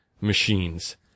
machines